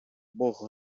бог